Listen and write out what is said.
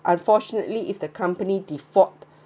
unfortunately if the company default